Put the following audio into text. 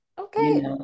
okay